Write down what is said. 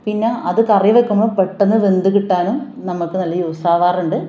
പിന്നെ അത് കറി വയ്ക്കുമ്പം പെടിന്ന് വെന്ത് കിട്ടാനും നമുക്ക് നല്ല യൂസ് ആവാറുണ്ട്